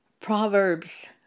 Proverbs